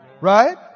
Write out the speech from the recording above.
Right